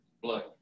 Blood